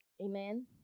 Amen